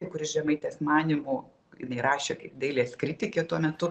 į kurį žemaitės manymu jinai rašė kaip dailės kritikė tuo metu